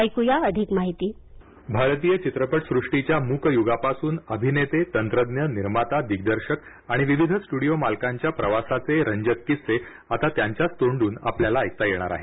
ऐक्या अधिक माहिती व्हीसी भारतीय चित्रपटसृष्टीच्या मूक युगापासूनअभिनेतेतंत्रज्ञ निर्माता दिग्दर्शक आणि विविध स्ट्डिओ मालकांच्या प्रवासाचे रंजक किस्से आता त्यांच्याच तोंडुन आपल्याला ऐकता येणार आहेत